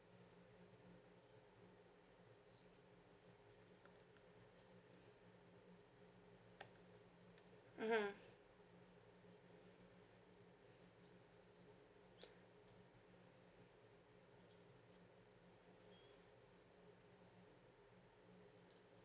mmhmm